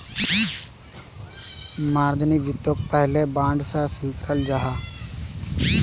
margin वित्तोक पहले bond सा स्विकाराल जाहा